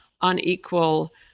unequal